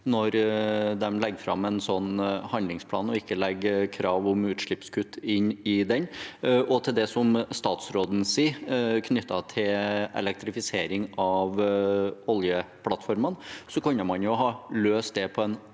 når de legger fram en sånn handlingsplan, og ikke legger krav om utslippskutt inn i den. Til det statsråden sier knyttet til elektrifisering av oljeplattformene: Man kunne jo ha løst det på en